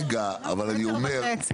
רגע, אבל אני אומר --- מטר וחצי.